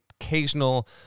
occasional